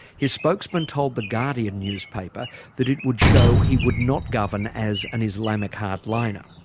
his spokesman told the guardian newspaper that it would show he would not govern as an islamic hardliner.